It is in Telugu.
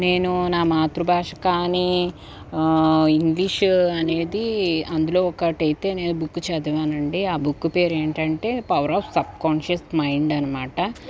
నేను నా మాతృభాష కానీ ఇంగ్లీషు అనేది అందులో ఒకటైతే నేను బుక్కు చదివానండి ఆ బుక్కు పేరేంటంటే పవర్ ఆఫ్ సబ్కాన్షియస్ మైండ్ అనమాట